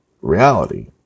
reality